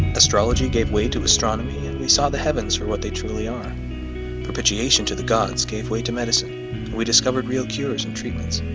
astrology gave way to astronomy and we saw the heavens for what they truly are appreciation to the gods gave way to medicine we discovered real cures and treatments